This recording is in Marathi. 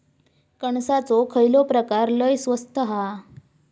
कणसाचो खयलो प्रकार लय स्वस्त हा?